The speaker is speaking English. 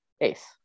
ace